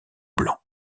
blanc